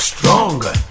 Stronger